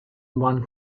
one